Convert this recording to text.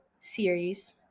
series